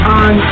on